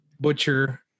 Butcher